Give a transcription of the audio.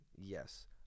yes